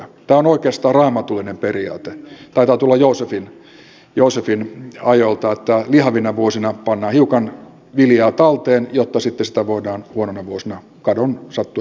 tämä on oikeastaan raamatullinen periaate taitaa tulla joosefin ajoilta että lihavina vuosina pannaan hiukan viljaa talteen jotta sitten sitä voidaan huonoina vuosina kadon sattuessa käyttää